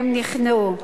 הם נכנעו.